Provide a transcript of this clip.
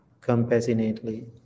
compassionately